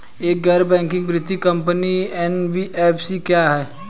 एक गैर बैंकिंग वित्तीय कंपनी एन.बी.एफ.सी क्या है?